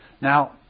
Now